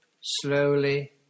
Slowly